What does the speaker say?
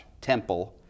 temple